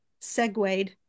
segued